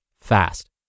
fast